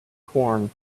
corn